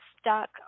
stuck